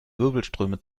wirbelströme